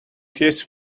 his